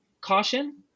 caution